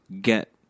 get